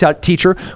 teacher